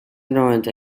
noventa